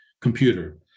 computer